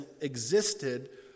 existed